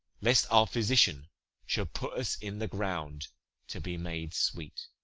lest our physician should put us in the ground to be made sweet